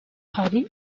hari